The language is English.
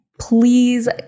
Please